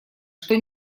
что